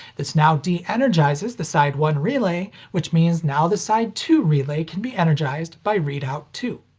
this now de-energizes the side one relay, which means, now the side two relay can be energized by readout two.